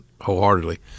wholeheartedly